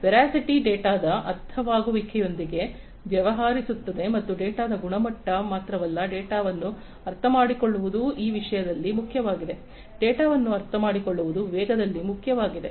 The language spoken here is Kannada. ವೆರಾಸಿಟಿ ಡೇಟಾದ ಅರ್ಥವಾಗುವಿಕೆಯೊಂದಿಗೆ ವ್ಯವಹರಿಸುತ್ತದೆ ಮತ್ತು ಡೇಟಾದ ಗುಣಮಟ್ಟ ಮಾತ್ರವಲ್ಲ ಡೇಟಾವನ್ನು ಅರ್ಥಮಾಡಿಕೊಳ್ಳುವುದು ಈ ವಿಷಯದಲ್ಲಿ ಮುಖ್ಯವಾಗಿದೆ ವೆಲೋಸಿಟಿಯಲ್ಲಿ ಡೇಟಾವನ್ನು ಅರ್ಥಮಾಡಿಕೊಳ್ಳುವುದು ಮುಖ್ಯವಾಗಿದೆ